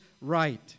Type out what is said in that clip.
right